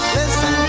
Listen